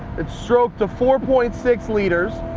it's stroked to four point six liters,